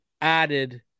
added